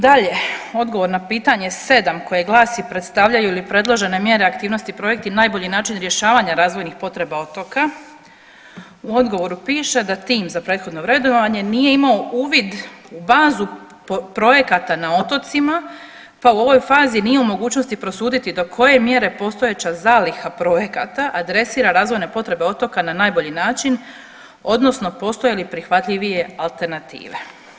Dalje, odgovor na pitanje 7 koje glasi predstavljaju li predložene mjere aktivnosti i projekti najbolji način rješavanja razvojnih potreba otoka u odgovoru piše da tim da prethodno vrednovanje nije imao uvid u bazu projekata na otocima pa u ovoj fazi nije u mogućnosti prosuditi do koje mjere postojeća zaliha projekata adresira razvojne potrebe otoka na najbolji način odnosno postoje li prihvatljivije alternative.